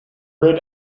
rid